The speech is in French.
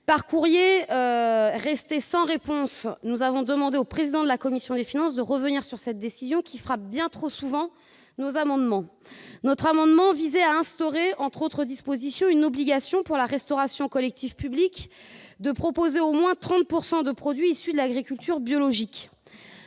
Par un courrier resté sans réponse, nous avons demandé au président de la commission des finances de revenir sur cette décision, qui frappe bien trop souvent nos amendements. L'amendement concerné visait à instaurer, entre autres dispositions, une obligation, pour la restauration collective publique, de proposer au moins 30 % de produits issus de l'agriculture biologique.